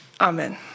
Amen